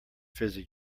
fizzy